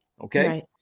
Okay